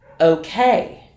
okay